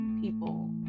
people